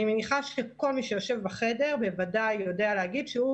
אני מניחה שכל מי שיושב בחדר בוודאי יודע להגיד שהוא,